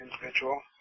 individual